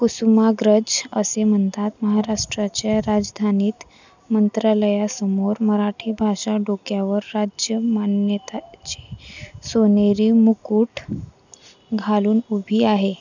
कुसुमाग्रज असे म्हणतात महाराष्ट्राच्या राजधानीत मंत्रालयासमोर मराठी भाषा डोक्यावर राज्य मान्यताची सोनेरी मुकुट घालून उभी आहे